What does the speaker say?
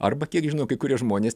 arba kiek žinau kai kurie žmonės